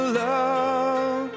love